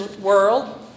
world